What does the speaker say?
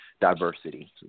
diversity